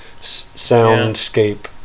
soundscape